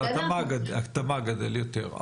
התמ"ג גדל יותר.